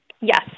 Yes